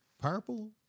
purple